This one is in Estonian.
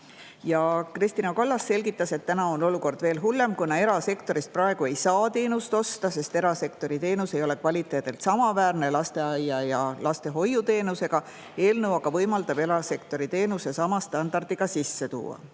Kristina Kallas selgitas, et praegu on olukord veel hullem, kuna erasektorist ei saa teenust osta, sest erasektori teenus ei ole kvaliteedilt samaväärne lasteaia‑ ja lastehoiuteenusega, eelnõu aga võimaldab erasektori teenuse sama standardiga sisse tuua.